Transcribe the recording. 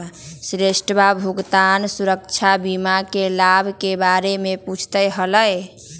श्वेतवा भुगतान सुरक्षा बीमा के लाभ के बारे में पूछते हलय